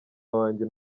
wanjye